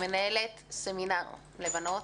מנהלת סמינר לבנות,